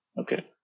okay